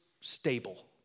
stable